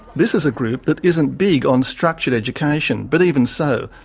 this is a group that isn't big on structured education, but even so,